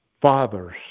fathers